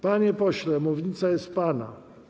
Panie pośle, mównica jest pana.